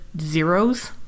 zeros